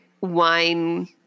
wine